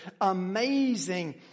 amazing